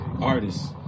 artists